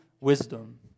wisdom